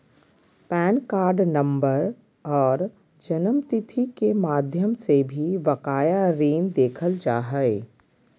pan card number आर जन्मतिथि के माध्यम से भी बकाया ऋण देखल जा हय